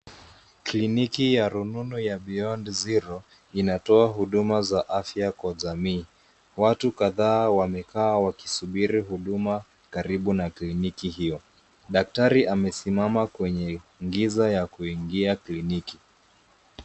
Kliniki ya rununu ya beyond zero, inatoa huduma za afya kwa jamii. Watu kadhaa wamekaa wakisubiri huduma karibu na kliniki hiyo. Daktari amesimama kwenye ngiza ya kuingia kliniki.